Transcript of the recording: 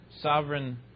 sovereign